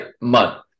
month